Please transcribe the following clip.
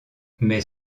mais